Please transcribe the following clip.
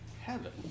heaven